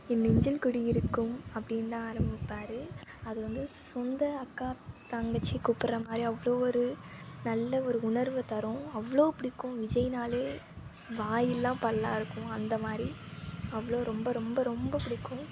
என் நெஞ்சில் குடியிருக்கும் அப்படின் தான் ஆரமிப்பார் அது வந்து சொந்த அக்கா தங்கச்சியை கூப்பிட்ற மாதிரி அவ்ளோ ஒரு நல்ல ஒரு உணர்வை தரும் அவ்வளோ பிடிக்கும் விஜய்னாலே வாயெல்லாம் பல்லா இருக்கும் அந்த மாதிரி அவ்வளோ ரொம்ப ரொம்ப ரொம்ப பிடிக்கும்